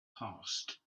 passed